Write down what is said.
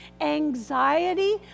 anxiety